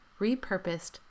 repurposed